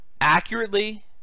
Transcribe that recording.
accurately